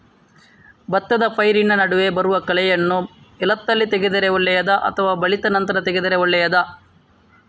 ಭತ್ತದ ಪೈರಿನ ನಡುವೆ ಬರುವ ಕಳೆಯನ್ನು ಎಳತ್ತಲ್ಲಿ ತೆಗೆದರೆ ಒಳ್ಳೆಯದಾ ಅಥವಾ ಬಲಿತ ನಂತರ ತೆಗೆದರೆ ಒಳ್ಳೆಯದಾ?